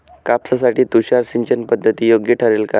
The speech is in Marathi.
कापसासाठी तुषार सिंचनपद्धती योग्य ठरेल का?